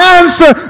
answer